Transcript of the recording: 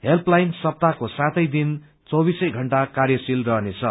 helpline सप्ताहको सातै दिन चौबीसै घण्टा कार्यशील रहनेछ